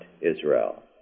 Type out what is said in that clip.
Israel